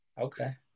Okay